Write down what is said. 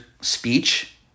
speech